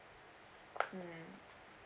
mm